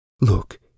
Look